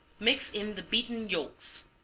mix in the beaten yolks,